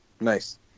Nice